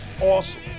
awesome